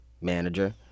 manager